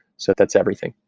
so that's everything.